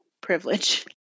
privilege